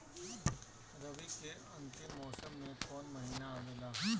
रवी के अंतिम मौसम में कौन महीना आवेला?